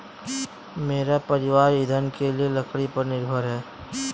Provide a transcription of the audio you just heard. मेरा परिवार ईंधन के लिए लकड़ी पर निर्भर है